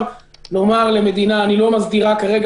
מותר לומר למדינה שאני לא מגדירה כרגע